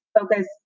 focus